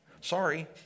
sorry